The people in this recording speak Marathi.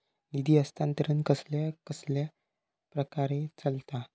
निधी हस्तांतरण कसल्या कसल्या प्रकारे चलता?